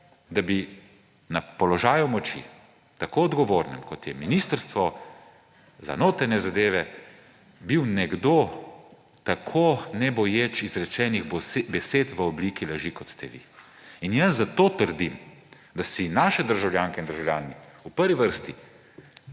da bi na položaju moči, tako odgovornem, kot je Ministrstvo za notranje zadeve, bil nekdo tako neboječ izrečenih besed v obliki laži, kot ste vi. In jaz zato trdim, da naši državljanke in državljani v prvi vrsti